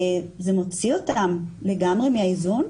זה מוציא אותם לגמרי מהאיזון.